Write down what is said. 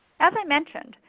as i mentioned,